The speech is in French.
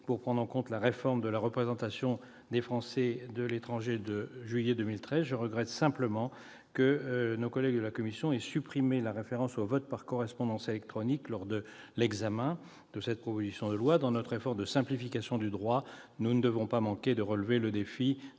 pour prendre en compte la réforme de juillet 2013 relative à la représentation des Français de l'étranger. Je déplore simplement que nos collègues de la commission aient supprimé la référence au vote par correspondance électronique lors de l'examen de cette proposition de loi. Dans notre effort de simplification du droit, nous ne devons pas manquer de relever le défi